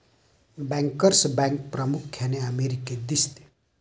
bankers bank प्रामुख्याने अमेरिकेत दिसते